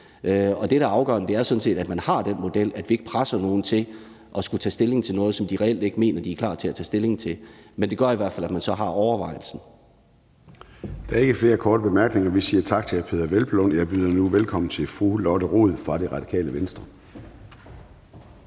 der er afgørende, er sådan set, at man har den model, hvor man ikke presser nogen til at skulle tage stilling til noget, som de reelt ikke mener de er klar til at tage stilling til. Men det gør i hvert fald, at man så har overvejelsen. Kl. 10:52 Formanden (Søren Gade): Der er ikke flere korte bemærkninger. Vi siger tak til hr. Peder Hvelplund, og jeg byder nu velkommen til fru Lotte Rod fra Radikale Venstre.